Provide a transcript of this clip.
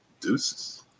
deuces